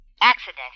Accident